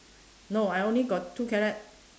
no I only got two carrot